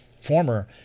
former